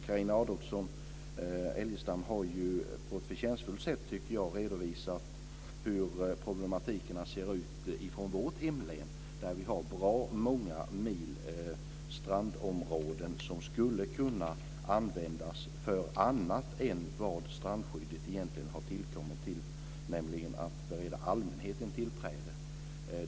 Carina Adolfsson Elgestam har ju på ett förtjänstfullt sätt, tycker jag, redovisat hur problematiken ser ut i vårt hemlän där vi har bra många mil strandområden som skulle kunna användas för annat än det som strandskyddet egentligen har tillkommit för, nämligen att bereda allmänheten tillträde.